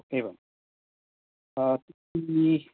ओ एवम् आ